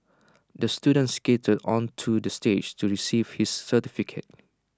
the student skated onto the stage to receive his certificate